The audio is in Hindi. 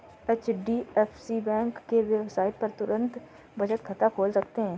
एच.डी.एफ.सी बैंक के वेबसाइट पर तुरंत बचत खाता खोल सकते है